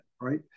right